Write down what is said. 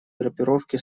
группировки